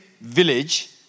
village